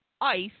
ICE